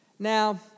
Now